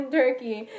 turkey